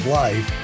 life